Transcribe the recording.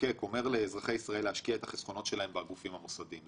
המחוקק אומר לאזרחי ישראל להשקיע את החסכונות שלהם בגופים המוסדיים,